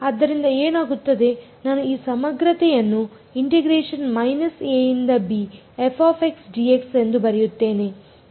ಆದ್ದರಿಂದ ಏನಾಗುತ್ತದೆ ನಾನು ಈ ಸಮಗ್ರತೆ ಅನ್ನು ಎಂದು ಬರೆಯುತ್ತೇನೆ